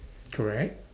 correct